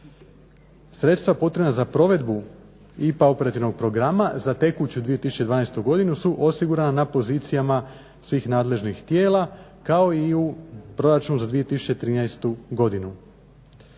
Sredstva potrebna za provedbu IPA operativnog programa za tekuću 2012. godinu su osigurana na pozicijama svih nadležnih tijela kao i u Proračunu za 2013. godinu.